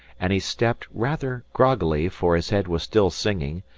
and he stepped, rather groggily, for his head was still singing,